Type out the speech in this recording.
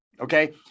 Okay